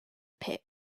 pit